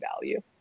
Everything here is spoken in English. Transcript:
value